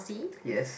yes